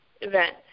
event